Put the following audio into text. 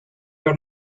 your